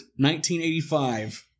1985